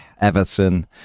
Everton